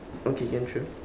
okay can sure